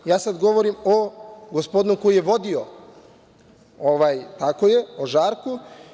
Ja sad govorim o gospodinu koji je vodio, tako je, o Žarku.